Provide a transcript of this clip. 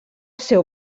seu